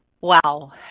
Wow